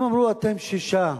הם אמרו: אתם שישה,